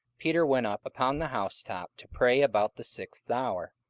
peter went up upon the housetop to pray about the sixth hour